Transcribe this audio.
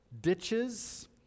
ditches